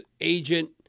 agent